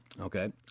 Okay